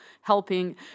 helping